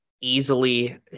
easily